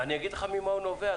אני אגיד לך ממה הוא נובע.